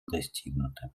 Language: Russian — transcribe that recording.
достигнуты